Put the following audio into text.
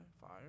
Fire